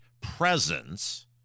presence